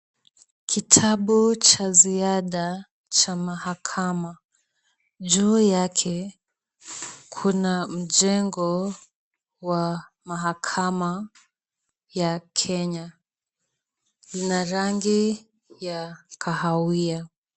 Kitabu cha ziada cha mahakama. Juu yake, kuna mjengo wa mahakama ya Kenya. Ina rangi ya kahawia.